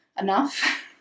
enough